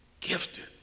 gifted